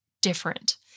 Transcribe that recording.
different